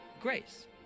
grace